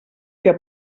que